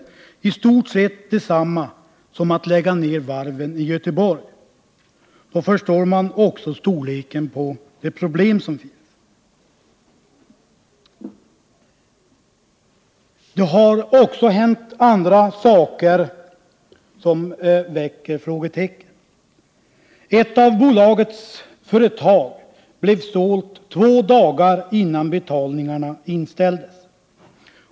Det är för den orten i stort sett detsamma som det skulle vara för Göteborg om varven lades ned. Det visar problemets storlek. Det har också hänt ett och annat som väcker undran. Så t.ex. såldes ett av bolagets företag två dagar innan betalningarna inställdes.